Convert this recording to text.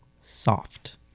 soft